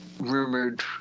rumored